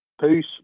Peace